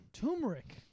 Turmeric